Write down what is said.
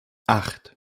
acht